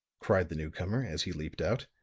cried the newcomer, as he leaped out,